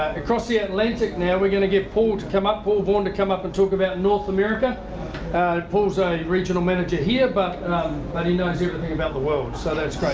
across the atlantic now we're going to get paul to come up, paul vaughan to come up and talk about north america, and paul's a regional manager here, but but he knows everything about the world so that's great,